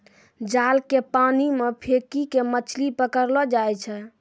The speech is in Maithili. जाल के पानी मे फेकी के मछली पकड़लो जाय छै